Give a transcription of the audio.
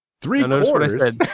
Three-quarters